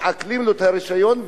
מעקלים לו את הרשיון,